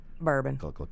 Bourbon